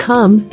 Come